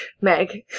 Meg